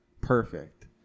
Perfect